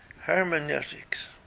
hermeneutics